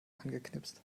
angeknipst